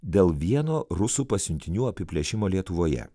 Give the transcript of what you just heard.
dėl vieno rusų pasiuntinių apiplėšimo lietuvoje